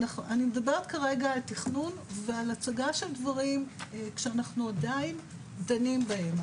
אני מדברת כרגע על תכנון ועל הצגה של דברים כשאנחנו עדיין דנים בהם.